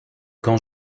quand